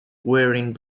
wearing